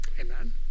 Amen